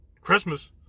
Christmas